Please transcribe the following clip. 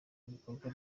ibikorwa